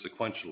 sequentially